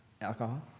Alcohol